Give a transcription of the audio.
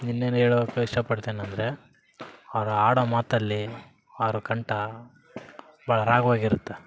ಇನ್ನೇನು ಹೇಳೋಕ್ ಇಷ್ಟ ಪಡ್ತಿನಿ ಅಂದರೆ ಅವ್ರು ಆಡೋ ಮಾತಲ್ಲಿ ಅವ್ರ ಕಂಠ ಭಾಳ ರಾಗವಾಗಿರುತ್ತೆ